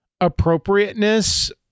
appropriateness